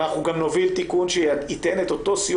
אנחנו גם להוביל תיקון שייתן את אותו סיוע